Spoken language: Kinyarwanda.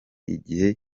igihe